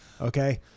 okay